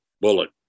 bullet